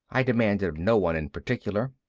i demanded of no one in particular.